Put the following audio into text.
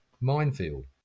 minefield